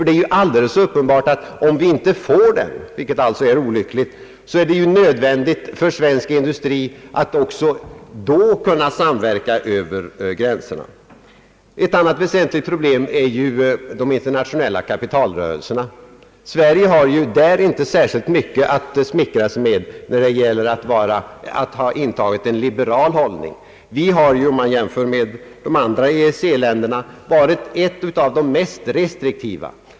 Det är alldeles uppenbart, att även om vi inte får denna stormarknad, vilket alltså vore olyckligt, så är det nödvändigt för svensk industri att kunna samverka över gränserna. Ett annat väsentligt problem är de internationella kapitalrörelserna. Sverige kan inte smickra sig med att ha intagit en liberal hållning i denna fråga. Vi har, jämfört med de andra OECD länderna, varit bland de mest restriktiva.